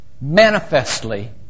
manifestly